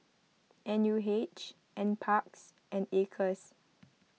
N U H N Parks and Acres